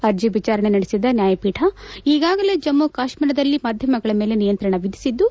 ಅರ್ಜಿ ವಿಚಾರಣೆ ನಡೆಸಿದ ನ್ಯಾಯಪೀಠ ಈಗಾಗಲೇ ಜಮ್ಮು ಕಾಶ್ಮೀರದಲ್ಲಿ ಮಾಧ್ಯಮಗಳ ಮೇಲೆ ನಿಯಂತ್ರಣ ವಿಧಿಸಿದ್ದು